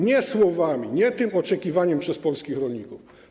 Nie słowami, nie tym oczekiwaniem przez polskich rolników.